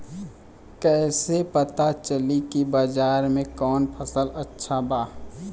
कैसे पता चली की बाजार में कवन फसल अच्छा बा?